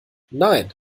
nein